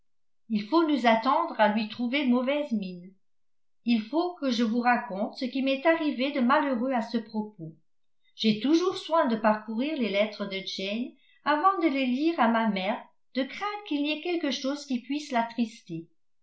il faut nous attendre à lui trouver mauvaise mine il faut que je vous raconte ce qui m'est arrivé de malheureux à ce propos j'ai toujours soin de parcourir les lettres de jane avant de les lire à ma mère de crainte qu'il n'y ait quelque chose qui puisse l'attrister